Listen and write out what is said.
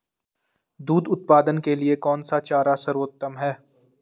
दूध उत्पादन के लिए कौन सा चारा सर्वोत्तम है?